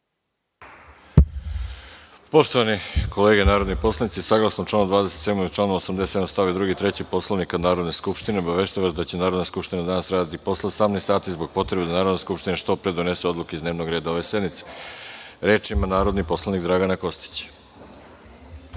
Poštovane kolege poslanici, saglasno članu 27. i članu 87. stav 2. i 3. Poslovnika Narodne skupštine, obaveštavam vas da će Narodna skupština danas raditi i posle 18,00 sati zbog potrebe da Narodna skupština što pre donese odluke iz dnevnog reda ove sednice. Reč ima narodni poslanik Dragana Kostić.